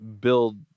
build